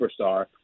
superstar